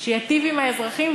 שייטיב עם האזרחים,